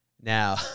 Now